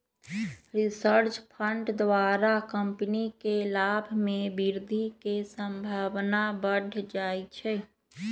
research fund द्वारा company के लाभ में वृद्धि के संभावना बढ़ जाइ छइ